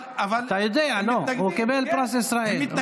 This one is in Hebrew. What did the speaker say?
לא, אתה יודע, הוא קיבל פרס ישראל.